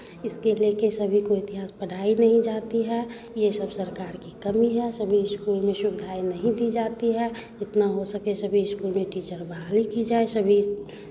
इसके ले कर सभी को इतिहास पढ़ाई नहीं जाती है ये सब सरकार की कमी है सभी स्कूल में सुविधाएँ नहीं दी जाती है जितना हो सके सभी स्कूल में टीचर बहाली की जाए सभी